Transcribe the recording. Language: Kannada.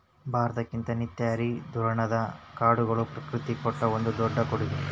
ಭಾರತಕ್ಕೆ ನಿತ್ಯ ಹರಿದ್ವರ್ಣದ ಕಾಡುಗಳು ಪ್ರಕೃತಿ ಕೊಟ್ಟ ಒಂದು ದೊಡ್ಡ ಕೊಡುಗೆ